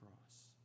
cross